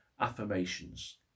affirmations